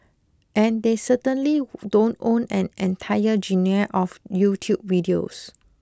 and they certainly don't own an entire genre of YouTube videos